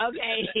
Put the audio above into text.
Okay